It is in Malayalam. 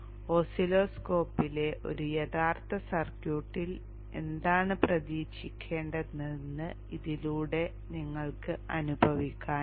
ഓസിലോസ്കോപ്പിലെ ഒരു യഥാർത്ഥ സർക്യൂട്ടിൽ എന്താണ് പ്രതീക്ഷിക്കേണ്ടതെന്ന് ഇതിലൂടെ നിങ്ങൾക്ക് അനുഭവിക്കാനാകും